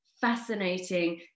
fascinating